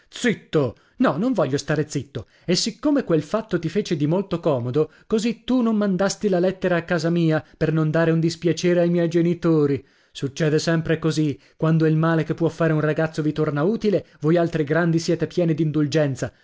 zitto no non voglio stare zitto e siccome quel fatto ti fece dimolto comodo così tu non mandasti la lettera a casa mia per non dare un dispiacere ai miei genitori succede sempre così quando il male che può fare un ragazzo vi torna utile voialtri grandi siete pieni di indulgenza